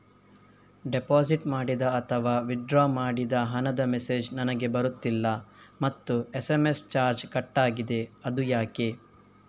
Deposit ಮಾಡಿದ ಅಥವಾ withdraw ಮಾಡಿದ ಹಣದ ಮೆಸೇಜ್ ನನಗೆ ಬರುತ್ತಿಲ್ಲ ಮತ್ತು ಎಸ್.ಎಂ.ಎಸ್ ಚಾರ್ಜ್ ಕಟ್ಟಾಗಿದೆ ಅದು ಯಾಕೆ?